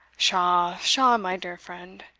pshaw! pshaw! my dear friend,